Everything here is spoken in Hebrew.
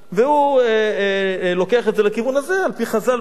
והוא לוקח את זה לכיוון הזה, על-פי חז"ל וכו'.